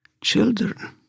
children